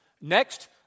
Next